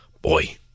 Boy